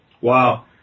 Wow